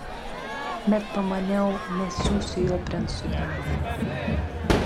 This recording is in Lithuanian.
bet pamaniau nesiųsiu jo princui karoliui